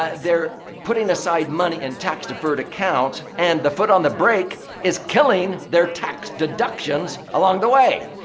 ah they're putting aside money in tax-deferred accounts. and the foot on the brake is killing their tax deductions along the way.